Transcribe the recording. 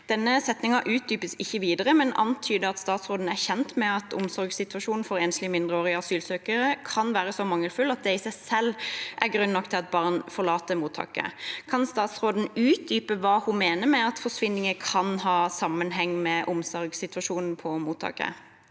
Denne setningen utdypes ikke videre, men antyder at statsråden er kjent med at omsorgssituasjonen for enslige mindreårige asylsøkere kan være så mangelfull at det i seg selv er grunn nok til at barn forlater mottaket. Kan statsråden utdype hva hun mener med at forsvinninger kan ha sammenheng med omsorgssituasjonen på mottaket?